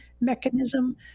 mechanism